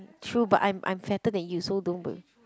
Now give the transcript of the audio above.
true but I'm I'm fatter than you so don't b~